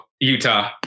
Utah